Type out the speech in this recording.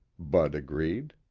bud agreed.